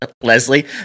Leslie